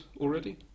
already